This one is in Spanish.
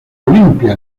olimpia